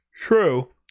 True